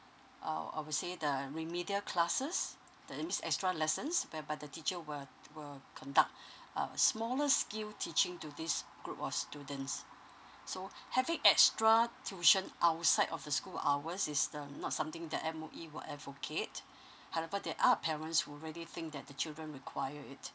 I I would say the remedial classes the I mean extra lessons whereby the teacher will will conduct a smaller scale teaching to this group of students so having extra tuition outside of the school hours is the not something that M_O_E will advocate however there are parents who really think that the children require it